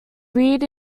reared